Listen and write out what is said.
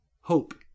Hope